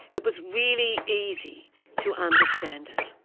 it was really easy to understand it.